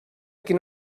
quina